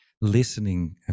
listening